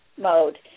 mode